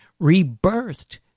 rebirthed